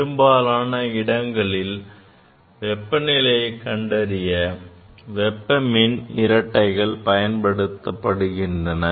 பெரும்பாலான இடங்களில் வெப்ப நிலையை கண்டறிய வெப்ப மின் இரட்டைகள் பயன்படுகின்றன